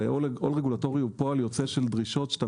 הרי עול רגולטורי הוא פועל יוצא של דרישות שאתה